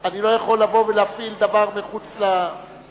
אני לא יכול לבוא ולהפעיל דבר מחוץ לתקנון,